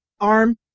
arm